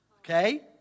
Okay